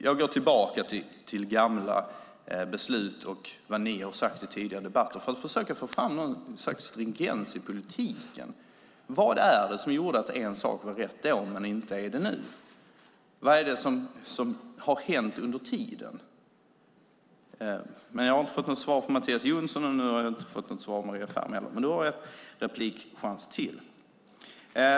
Jag går tillbaka till gamla beslut och vad ni har sagt i tidigare debatter för att försöka få fram någon slags stringens i politiken. Vad är det som gör att en sak var rätt då men inte är det nu? Vad är det som har hänt under tiden? Jag har inte fått något svar från Mattias Jonsson, och jag har inte fått något svar från Maria Ferm heller. Hon har dock en replikchans till.